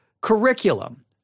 curriculum